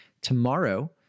tomorrow